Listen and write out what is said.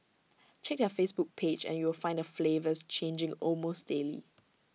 check their Facebook page and you will find the flavours changing almost daily